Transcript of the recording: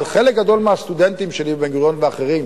אבל חלק גדול מהסטודנטים שלי בבן-גוריון ואחרים,